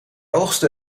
oogstte